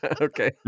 Okay